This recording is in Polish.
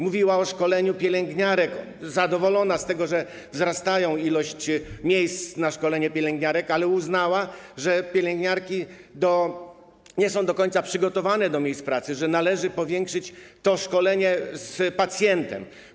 Mówiła o szkoleniu pielęgniarek zadowolona z tego, że wzrasta liczba miejsc przeznaczonych na szkolenie pielęgniarek, ale uznała, że pielęgniarki nie są do końca przygotowane do miejsc pracy, że należy powiększyć wymiar szkolenia z pacjentem.